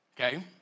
okay